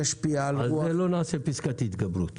על זה לא נעשה פסקת התגברות.